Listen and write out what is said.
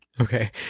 Okay